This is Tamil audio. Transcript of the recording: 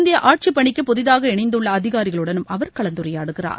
இந்திய ஆட்சிப்பணிக்கு புதிதாக இணைந்துள்ள அதிகாரிகளுடன் அவர் கலந்துரையாடுகிறார்